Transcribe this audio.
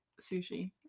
Sushi